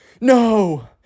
no